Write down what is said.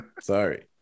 Sorry